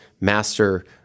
master